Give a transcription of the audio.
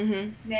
mmhmm